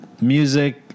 music